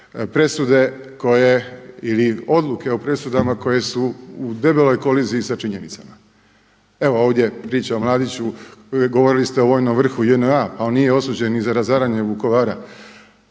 presude koje ili odluke o presudama koje su u debeloj koliziji sa činjenicama. Evo ovdje pričam o Mladiću, govorili ste o vojnom vrhu JNA, pa on nije osuđen ni za razaranje Vukovara.